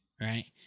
right